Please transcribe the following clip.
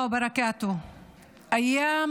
להלן תרגומם: עליכם השלום ורחמי האל וברכותיו.